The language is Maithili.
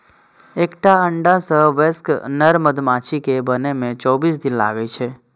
एकटा अंडा सं वयस्क नर मधुमाछी कें बनै मे चौबीस दिन लागै छै